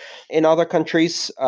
in other countries,